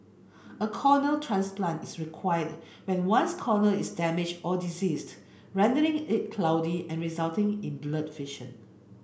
a corneal transplant is required when one's cornea is damaged or diseased rendering it cloudy and resulting in blurred vision